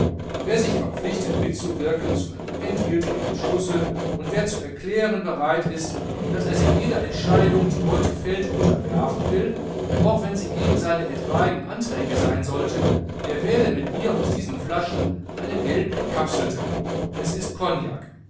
wer sich verpflichtet mitzuwirken zu einem endgiltigen entschlusse und wer zu erklären bereit ist daß er sich jeder entscheidung die heute fällt unterwerfen will auch wenn sie gegen seine etwaigen anträge sein sollte der wähle mit mir aus diesen flaschen eine gelbgekapselte es ist cognac